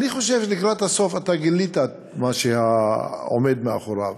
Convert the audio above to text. אני חושב שלקראת הסוף אתה גילית מה שעומד מאחוריו.